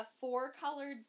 four-colored